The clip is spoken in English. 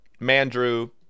mandrew